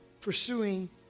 pursuing